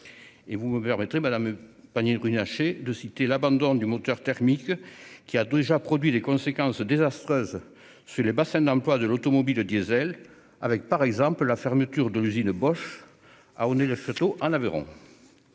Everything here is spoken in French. Vous me permettrez, madame Pannier-Runacher, de citer l'abandon du moteur thermique, qui a déjà produit des conséquences désastreuses sur les bassins d'emploi de l'automobile diesel, avec, par exemple, la fermeture de l'usine Bosch à Onet-le-Château, en Aveyron.